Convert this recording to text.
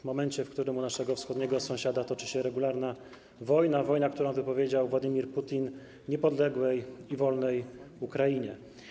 W momencie, w którym u naszego wschodniego sąsiada toczy się regularna wojna, którą wypowiedział Władimir Putin niepodległej i wolnej Ukrainie.